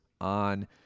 on